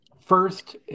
first